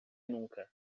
nunca